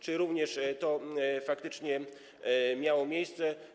Czy również to faktycznie miało miejsce?